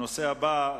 הנושא הבא,